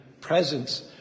presence